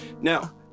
Now